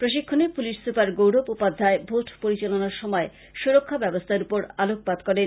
প্রশিক্ষণে police super Gaurav Upadhyay ভোট পরিচালনার সময় সুরক্ষা ব্যবস্থার ওপর আলোকপাত করেন